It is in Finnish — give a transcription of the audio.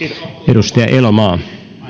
edustaja elomaa